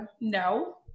No